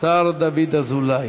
דוד אזולאי.